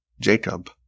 Jacob